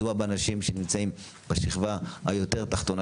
מדובר על אנשים שנמצאים בשכבה היותר תחתונה